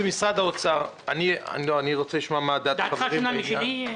אני רוצה לשמוע מה דעת החברים בעניין.